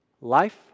Life